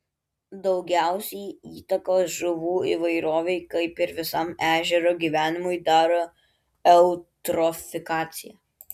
daugiausiai įtakos žuvų įvairovei kaip ir visam ežero gyvenimui daro eutrofikacija